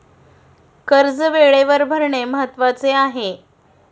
कर्ज वेळेवर भरणे महत्वाचे आहे